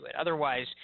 Otherwise